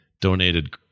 donated